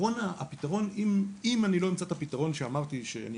אם אני לא אמצא את הפתרון שאמרתי שאני